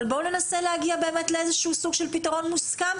בואו ננסה להגיע לפתרון מוסכם.